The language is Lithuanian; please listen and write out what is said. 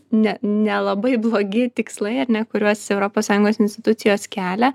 ne nelabai blogi tikslai ar ne kuriuos europos sąjungos institucijos kelia